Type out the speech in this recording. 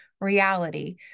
Reality